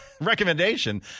recommendation